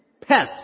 Pets